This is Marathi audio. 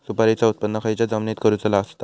सुपारीचा उत्त्पन खयच्या जमिनीत करूचा असता?